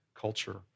culture